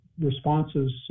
responses